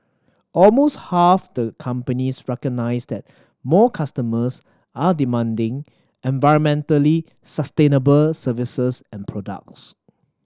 almost half the companies recognise that more customers are demanding environmentally sustainable services and products